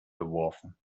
geworfen